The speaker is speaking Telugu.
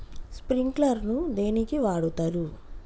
స్ప్రింక్లర్ ను దేనికి వాడుతరు?